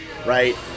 Right